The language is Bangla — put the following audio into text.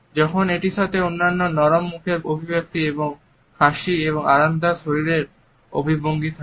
যখন এটির সাথে অন্যান্য নরম মুখের অভিব্যক্তি এবং হাসি এবং আরামদায়ক শরীরের অঙ্গভঙ্গি থাকে